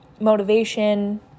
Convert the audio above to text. Motivation